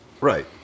Right